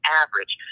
average